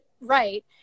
Right